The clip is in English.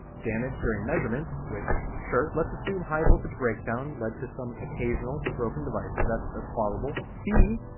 damaged during measurement, which sure let's assume high voltage breakdown led to some occasional broken devices, that's that's plausible. b.